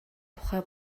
тухай